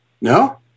No